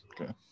Okay